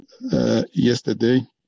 yesterday